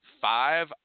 five